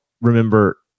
remember